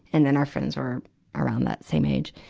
and then our friends are around that same age.